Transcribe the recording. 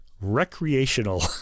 recreational